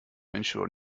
ensure